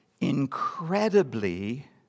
Incredibly